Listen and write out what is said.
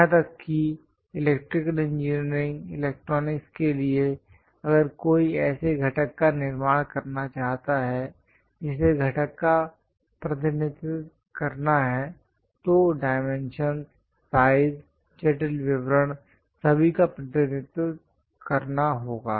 यहां तक कि इलेक्ट्रिकल इंजीनियरिंग इलेक्ट्रॉनिक्स के लिए अगर कोई ऐसे घटक का निर्माण करना चाहता है जिसे घटक का प्रतिनिधित्व करना है तो डाइमेंशंस साइज जटिल विवरण सभी का प्रतिनिधित्व करना होगा